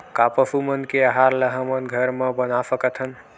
का पशु मन के आहार ला हमन घर मा बना सकथन?